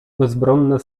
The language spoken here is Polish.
bezbronne